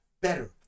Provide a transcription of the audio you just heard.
better